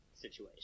situation